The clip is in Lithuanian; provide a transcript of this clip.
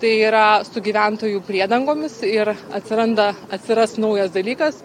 tai yra su gyventojų priedangomis ir atsiranda atsiras naujas dalykas